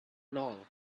nol